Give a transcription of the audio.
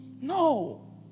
no